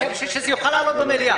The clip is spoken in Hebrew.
כדי שיוכל לעלות במליאה.